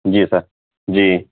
جی sir جی